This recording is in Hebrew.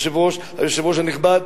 אדוני היושב-ראש הנכבד,